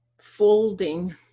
Folding